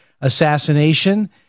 Assassination